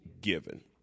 given